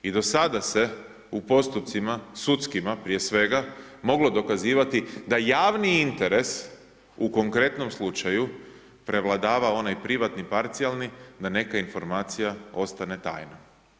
I do sada se u postupcima sudskima prije svega moglo dokazivati da javni interes u konkretnom slučaju prevladava onaj privatni, parcijalni da neka informacija ostane tajnom.